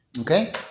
Okay